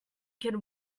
can